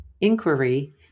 inquiry